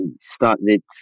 started